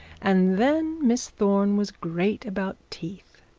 and then miss thorne was great about teeth.